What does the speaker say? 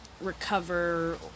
recover